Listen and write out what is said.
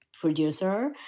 producer